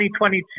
2022